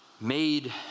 made